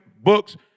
Books